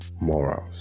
morals